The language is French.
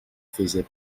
faisait